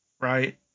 right